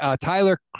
Tyler